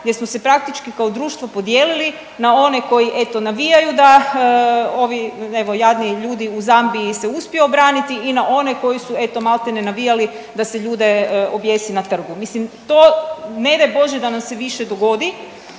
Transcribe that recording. gdje smo se praktički kao društvo podijelili na one koji eto navijaju da ovi, evo jadni ljudi u Zambiji se uspiju obraniti i na one koji su eto malte ne navijali da se ljude objesi na trgu, mislim to ne daj Bože da nam se više dogodi.